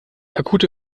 akute